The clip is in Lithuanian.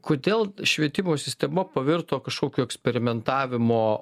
kodėl švietimo sistema pavirto kažkokiu eksperimentavimo